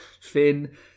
Finn